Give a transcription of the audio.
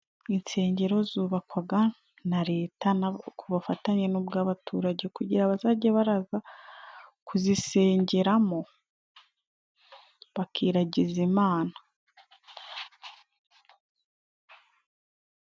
Insengero zubakwaga na Leta ku bufatanye n'ubw'abaturage, kugira ngo bazajye baraza kuzisengeramo, bakiragiza Imana.